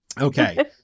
Okay